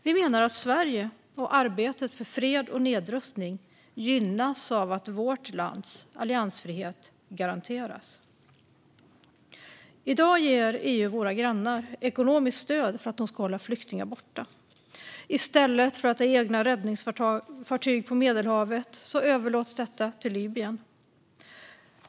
Vi menar att Sverige och arbetet för fred och nedrustning gynnas av att vårt lands alliansfrihet garanteras. I dag ger EU våra grannar ekonomiskt stöd för att de ska hålla flyktingar borta. I stället för att man har egna räddningsfartyg på Medelhavet överlåts detta till Libyen.